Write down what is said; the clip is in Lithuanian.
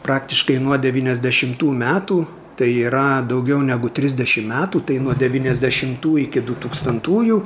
praktiškai nuo devyniasdešimtų metų tai yra daugiau negu trisdešim metų tai nuo devyniasdešimtų iki dutūkstantųjų